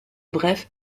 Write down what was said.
bref